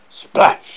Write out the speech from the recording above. splash